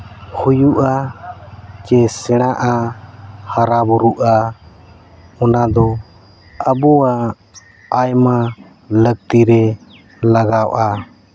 ᱦᱩᱭᱩᱜᱼᱟ ᱪᱮ ᱥᱮᱬᱟᱜᱼᱟ ᱦᱟᱨᱟ ᱵᱩᱨᱩᱜᱼᱟ ᱚᱱᱟ ᱫᱚ ᱟᱵᱚᱣᱟᱜ ᱟᱭᱢᱟ ᱞᱟᱹᱠᱛᱤ ᱨᱮ ᱞᱟᱜᱟᱣᱚᱜᱼᱟ